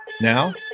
Now